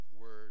word